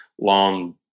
long